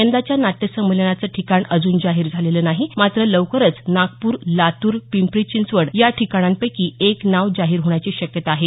यंदाच्या नाट्यसंमेलनाचं ठिकाण अजून जाहीर झालेलं नाही मात्र लवकरच नागपूर लातूर पिंपरी चिंचवड या ठिकाणांपैकी एक नाव जाहीर होण्याची शक्यता आहे